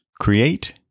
Create